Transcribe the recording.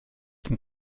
den